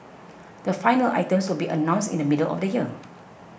the final items will be announced in the middle of the year